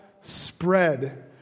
spread